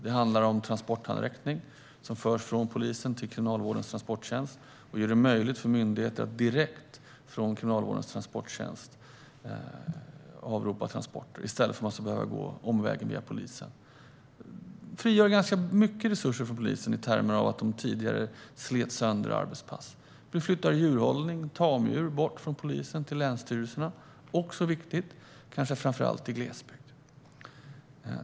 Det handlar om transporthandräckning, som förs från polisen till Kriminalvårdens transporttjänst. Detta gör det möjligt för myndigheter att avropa transporter direkt från transporttjänsten i stället för att behöva gå omvägen via polisen. Det är ganska mycket resurser som frigörs från polisen i termer av att detta tidigare slet sönder arbetspass. Nu flyttas djurhållning och tamdjur bort från polisen till länsstyrelserna. Det är också viktigt, kanske framför allt i glesbygden.